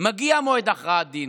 מגיע מועד הכרעת הדין,